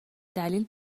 دلیل